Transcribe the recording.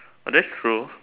ah that's true